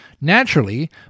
Naturally